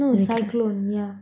no is cyclone yeah